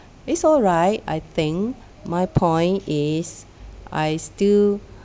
it's all right I think my point is I still